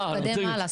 הוא התקדם הלאה.